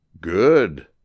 Good